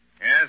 Yes